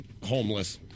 homeless